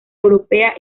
europea